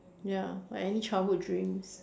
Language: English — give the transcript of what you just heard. ya like any childhood dreams